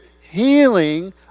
Healing